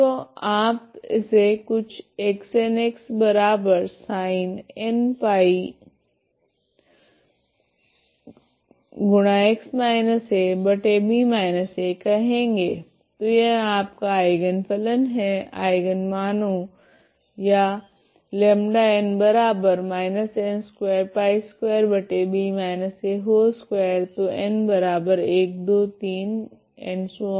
तो आप इसे कुछ Xnsinnπx−a b−a कहेगे तो यह आपका आइगन फलन है आइगन मानो या λn−n2π2b−a2 तो n123